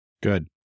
Good